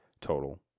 total